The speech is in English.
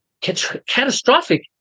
catastrophic